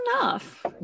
enough